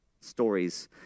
Stories